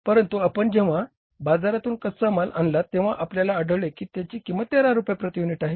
परंतु आपण जेंव्हा बाजारातून कच्चा माल आणला तेंव्हा आपल्याला आढळले की त्याची किंमत 13 रुपये प्रती युनिट आहे